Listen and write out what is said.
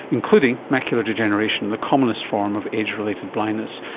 including macular degeneration, the commonest form of age-related blindness.